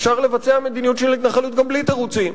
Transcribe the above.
אפשר לבצע מדיניות של התנחלות גם בלי תירוצים.